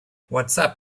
whatsapp